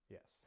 Yes